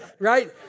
right